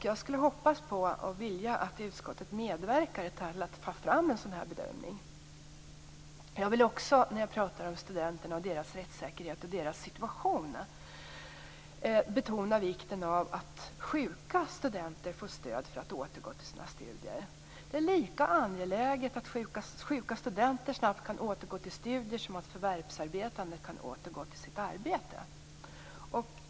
Jag hoppas och vill att utskottet medverkar till att ta fram en sådan här bedömning. När jag pratar om studenterna, deras rättssäkerhet och deras situation vill jag också betona vikten av att sjuka studenter får stöd för att återgå till sina studier. Det är lika angeläget att sjuka studenter snabbt kan återgå till studier som att förvärvsarbetande kan återgå till sitt arbete.